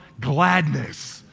gladness